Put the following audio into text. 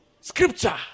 scripture